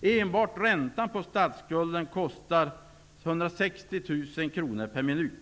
Enbart räntan på statsskulden kostar 160 000 kr per minut.